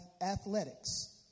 athletics